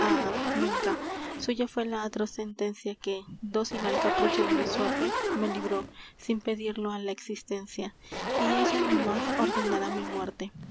nunca suya fué la atroz sentencia que dócil al capricho de mi suerte me libró sin pedirlo á la existencia y ella no más ordenará mi muerte